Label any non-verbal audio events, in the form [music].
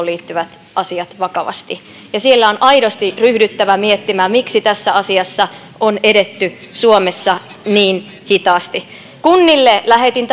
[unintelligible] liittyvät asiat vakavasti ja siellä on aidosti ryhdyttävä miettimään miksi tässä asiassa on edetty suomessa niin hitaasti kunnille lähetin [unintelligible]